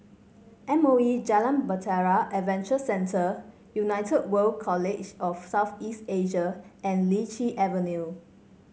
M O E Jalan Bahtera Adventure Centre United World College of South East Asia and Lichi Avenue